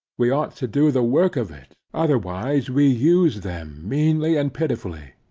we ought to do the work of it, otherwise we use them meanly and pitifully.